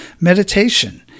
meditation